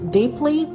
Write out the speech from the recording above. deeply